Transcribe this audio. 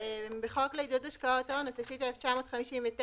"בחוק לעידוד השקעות הון, התשי"ט 1959 :